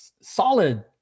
solid